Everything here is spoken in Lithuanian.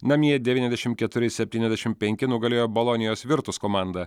namie devyniasdešimt keturi septyniasdešimt penki nugalėjo bolonijos virtus komandą